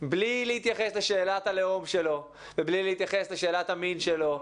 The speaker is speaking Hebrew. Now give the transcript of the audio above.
בלי להתייחס לשאלת הלאום שלו ובלי להתייחס לשאלת המין שלו,